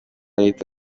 leta